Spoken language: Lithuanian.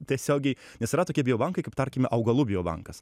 tiesiogiai nes yra tokie biobankai kaip tarkime augalų biobankas